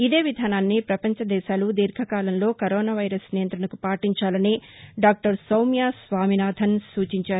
ఇదే విధానాన్ని పపంచ దేశాలు దీర్ఘకాలంలో కరోనా నియంతణకు పాటించాలని డాక్టర్ సౌమ్య స్వామినాథన్ సూచించారు